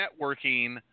networking